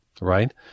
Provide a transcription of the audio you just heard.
right